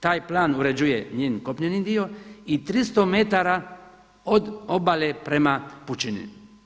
Taj plan uređuje njen kopneni dio i 300 metara od obale prema pučini.